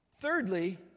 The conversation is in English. Thirdly